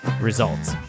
results